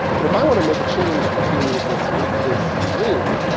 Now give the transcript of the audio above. but if i want to make a change to this this green,